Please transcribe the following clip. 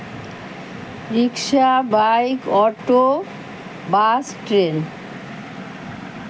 rickshaw bike auto bus train